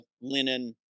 linen